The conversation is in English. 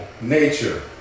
nature